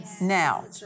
Now